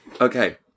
Okay